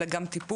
אלא גם טיפול,